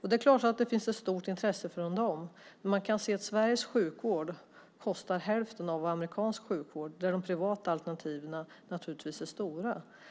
Det är klart att det finns ett stort intresse från dem. Man kan se att svensk sjukvård kostar hälften av vad amerikansk sjukvård kostar. I den amerikanska vården är de privata alternativen naturligtvis stora.